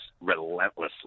relentlessly